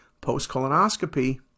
post-colonoscopy